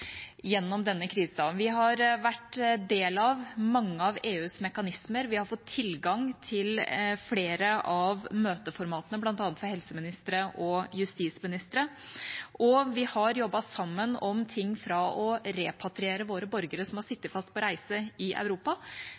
gjennom denne krisen. Vi har vært del av mange av EUs mekanismer, vi har fått tilgang til flere av møteformatene, bl.a. for helseministre og justisministre, og vi har jobbet sammen om f.eks. å repatriere våre borgere som har sittet fast på reise i Europa,